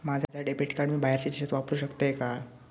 माझा debit card मी बाहेरच्या देशात वापरू शकतय काय?